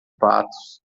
patos